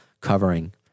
covering